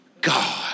God